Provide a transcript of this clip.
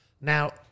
Now